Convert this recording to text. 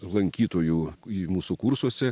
lankytojų į mūsų kursuose